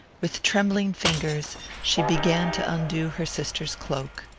with trembling fingers she began to undo her sister's cloak.